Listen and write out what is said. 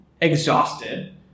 exhausted